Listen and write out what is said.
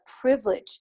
privilege